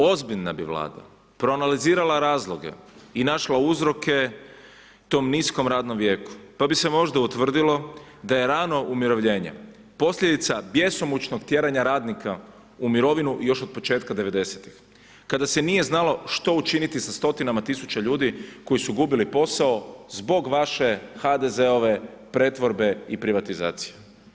Ozbiljna bi Vlada proanalizirala razloge i našla uzroke tom niskom radnom vijeku pa bi se možda utvrdilo da je rano umirovljenje posljedica bjesomučnog tjeranja radnika u mirovinu još od početka 90-ih kada se nije znalo što učiniti sa stotinama tisuća ljudi koji su gubili posao zbog vaše HDZ-ove pretvorbe i privatizacije.